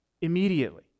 immediately